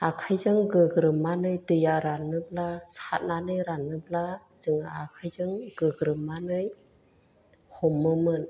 आखाइजों गोग्रोमानै दैया रानोब्ला साथनानै रानोब्ला जों आखाइजों गोग्रोमनानै हमोमोन